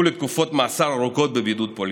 לתקופות מאסר ארוכות בבידוד פוליטי.